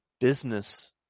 business